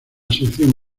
sección